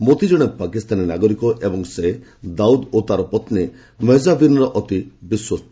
ମୋତି ଜଣେ ପାକିସ୍ତାନୀ ନାଗରିକ ଏବଂ ସେ ଦାଉଦ୍ ଓ ତା'ର ପତ୍ନୀ ମହକ୍ଷାବିନ୍ର ଅତି ବିଶ୍ୱସ୍ତ